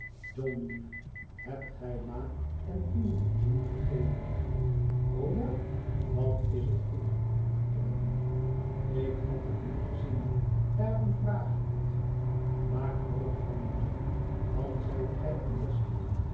john lief hebt gij ma en vinie een zoen gegeven o ja r dan is het goed johnlief ik had het niet gezien daarom vraag ik hel maak boterhammen john dan zijt gij een beste